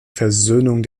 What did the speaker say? versöhnung